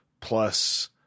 Plus